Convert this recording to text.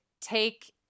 take